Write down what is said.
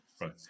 right